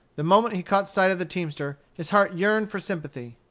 the moment he caught sight of the teamster his heart yearned for sympathy.